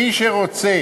מי שרוצה